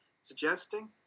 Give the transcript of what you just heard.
suggesting